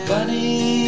Funny